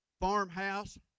farmhouse